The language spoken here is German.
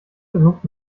versucht